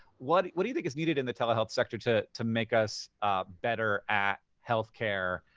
what what do you think is needed in the telehealth sector to to make us better at healthcare,